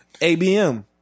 ABM